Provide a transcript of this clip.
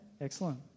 excellent